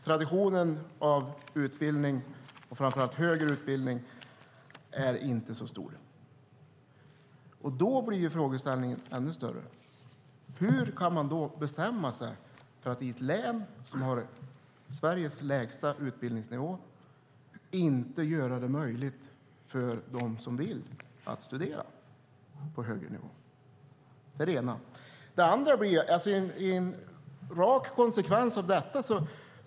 Traditionen av utbildning, framför allt högre utbildning, är inte så stark. Då blir frågeställningen ändå större: Hur kan man bestämma sig för att i ett län som har Sveriges lägsta utbildningsnivå inte göra det möjligt för dem som vill att studera på högre nivå? Det är det ena. Det andra är en rak konsekvens av detta.